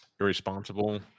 Irresponsible